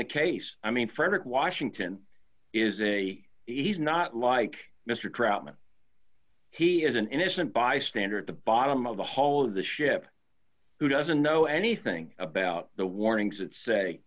the case i mean frederick washington is a he's not like mister troutman he is an innocent bystander at the bottom of the hall of the ship who doesn't know anything about the warnings that say